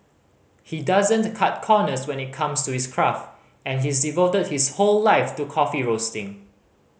he doesn't cut corners when it comes to his craft and he's devoted his whole life to coffee roasting